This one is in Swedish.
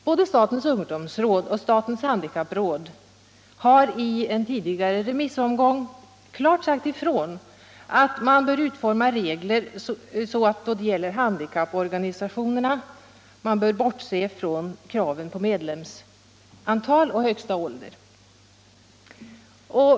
Både statens ungdomsråd och statens handikappråd har i en tidigare remissomgång sagt klart ifrån att reglerna bör utformas så att man för handikapporganisationerna bortser från kraven på medlemsantal och högsta ålder.